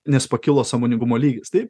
nes pakilo sąmoningumo lygis taip